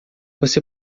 você